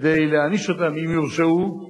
כדי להעניש אותם, אם יורשעו,